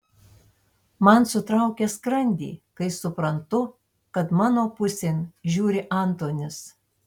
man sutraukia skrandį kai suprantu kad mano pusėn žiūri antonis